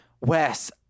Wes